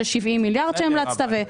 של 70 מיליארד שהמלצת.